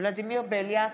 ולדימיר בליאק,